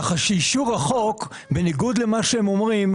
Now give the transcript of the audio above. ככה שאישור החוק בניגוד למה שהם אומרים,